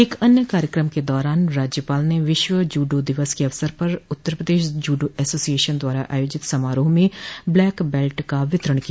एक अन्य कार्यक्रम के दौरान राज्यपाल ने विश्व जूडो दिवस के अवसर पर उत्तर प्रदेश जूडो एसोसिएशन द्वारा आयोजित समारोह में ब्लैक बैल्ट का वितरण किया